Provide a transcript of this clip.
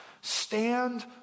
Stand